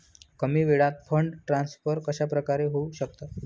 कमी वेळात fund transfer कशाप्रकारे होऊ शकतात?